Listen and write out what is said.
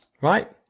right